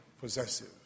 possessive